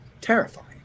terrifying